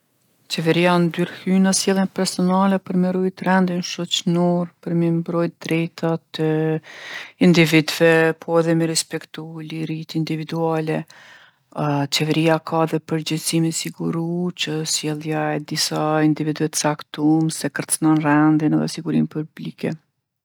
Qeveria ndërhyn në sjelljen personale për me rujtë rendin shoqnor, për mi mbrojtë t'drejtat e individve, po edhe mi respektu liritë individuale. Qeveria ka edhe përgjegjsi m'i siguru që sjellja e disa individve t'caktum se kërcnon rendin edhe sigurinë publike.